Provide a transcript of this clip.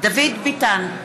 דוד ביטן,